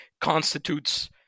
constitutes